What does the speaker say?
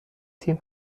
تیم